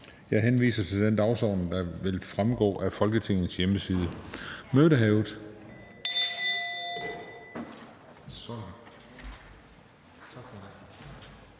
Jeg henviser til den dagsorden, der fremgår af Folketingets hjemmeside. Mødet